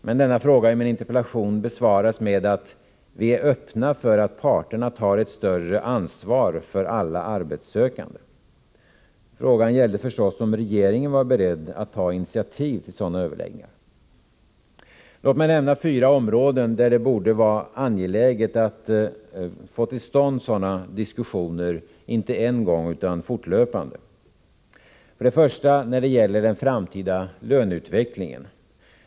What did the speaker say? Men denna fråga i min interpellation besvaras med: ”Vi är öppna för att parterna tar ett större ansvar för alla arbetssökande.” Men frågan gällde förstås om regeringen är beredd att ta initiativ till sådana överläggningar. Låt mig nämna fyra områden där det borde vara angeläget att få till stånd sådana diskussioner inte bara en gång utan fortlöpande. För det första gäller det den framtida löneutvecklingen.